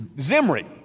Zimri